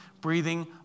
breathing